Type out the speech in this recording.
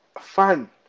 fun